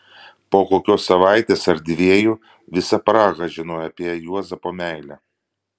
po kokios savaitės ar dviejų visa praha žinojo apie juozapo meilę